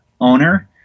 owner